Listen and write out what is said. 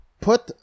put